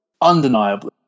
undeniably